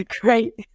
great